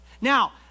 Now